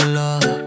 love